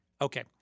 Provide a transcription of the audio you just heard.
Okay